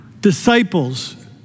disciples